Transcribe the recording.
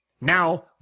Now